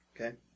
Okay